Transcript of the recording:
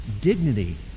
dignity